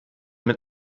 mit